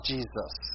Jesus